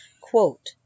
Quote